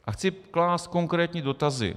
A chci klást konkrétní dotazy.